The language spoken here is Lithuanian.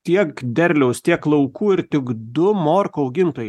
tiek derliaus tiek laukų ir tik du morkų augintojai